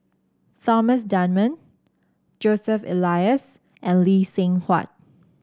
Thomas Dunman Joseph Elias and Lee Seng Huat